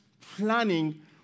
planning